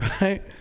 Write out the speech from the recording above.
Right